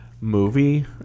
movie